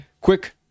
Quick